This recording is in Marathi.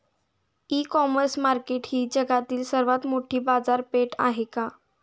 इ कॉमर्स मार्केट ही जगातील सर्वात मोठी बाजारपेठ आहे का?